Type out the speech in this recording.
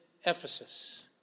Ephesus